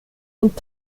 und